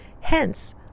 Hence